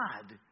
God